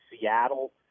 Seattle